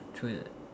throw me that